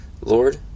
Lord